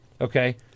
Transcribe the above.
Okay